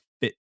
fit